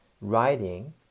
writing